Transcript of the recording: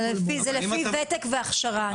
זה לפי ותק והכשרה.